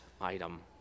item